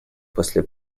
после